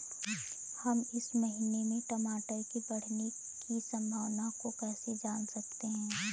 हम इस महीने में टमाटर के बढ़ने की संभावना को कैसे जान सकते हैं?